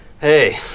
hey